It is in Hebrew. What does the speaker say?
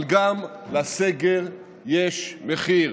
גם לסגר יש מחיר.